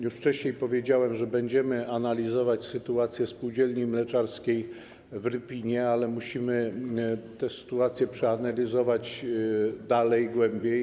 Już wcześniej powiedziałem, że będziemy analizować sytuację spółdzielni mleczarskiej w Rypinie, ale musimy tę sytuację przeanalizować głębiej.